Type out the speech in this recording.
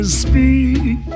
speak